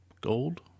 gold